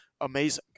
amazing